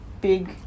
big